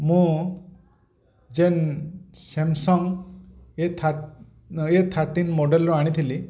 ମୁଁ ଯେନ୍ ସ୍ୟାମ୍ସଙ୍ଗ୍ ଏ ଥାର୍ଟିନ୍ ମଡ଼େଲ୍ର ଆଣିଥିଲି